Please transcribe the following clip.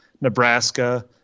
Nebraska